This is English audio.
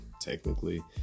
technically